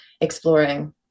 exploring